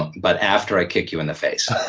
but after i kick you in the face.